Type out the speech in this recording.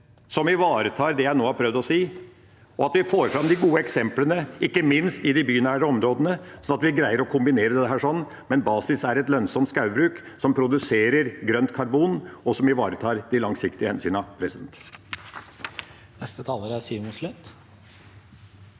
som ivaretar det jeg nå har prøvd å si. Vi må få fram de gode eksemplene, ikke minst i de bynære områdene, slik at vi greier å kombinere dette. Men basis er et lønnsomt skaubruk som produserer grønt karbon, og som ivaretar de langsiktige hensynene.